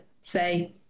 say